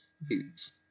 boots